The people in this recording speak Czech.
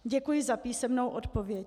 Děkuji za písemnou odpověď.